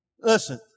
Listen